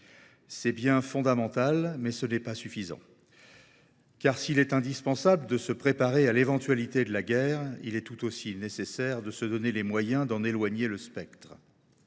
C’est bien sûr fondamental, mais ce n’est pas suffisant. Car s’il est indispensable de se préparer à l’éventualité de la guerre, il est tout aussi nécessaire de se donner les moyens d’en éloigner le spectre.